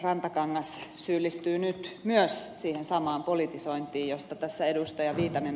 rantakangas syyllistyy nyt myös siihen samaan politisointiin josta tässä ed